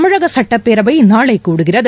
தமிழக சட்டப்பேரவை நாளை கூடுகிறது